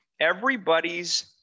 Everybody's